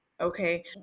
okay